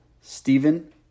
Stephen